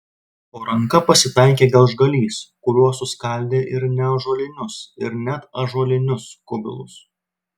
po ranka pasitaikė gelžgalys kuriuo suskaldė ir neąžuolinius ir net ąžuolinius kubilus